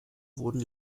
wurden